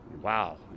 Wow